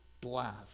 blast